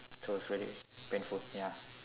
cause it's very painful ya